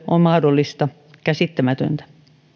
on mahdollista käsittämätöntä